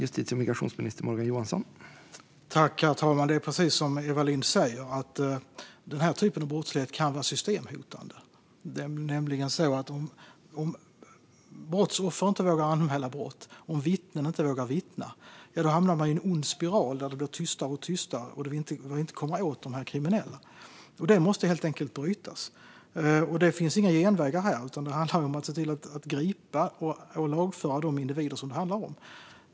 Herr talman! Det är precis som Eva Lindh säger: Den här typen av brottslighet kan vara systemhotande. Om brottsoffer inte vågar anmäla brott och om vittnen inte vågar vittna hamnar vi i en ond spiral där det blir tystare och tystare och där vi inte kommer åt de kriminella. Detta måste helt enkelt brytas. Det finns inga genvägar här, utan det handlar om att se till att gripa och lagföra de individer som det handlar om.